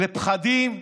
לפחדים,